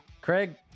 Craig